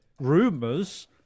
Rumors